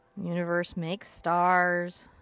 universe makes stars.